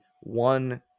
one